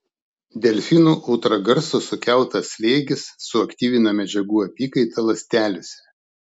delfinų ultragarso sukeltas slėgis suaktyvina medžiagų apykaitą ląstelėse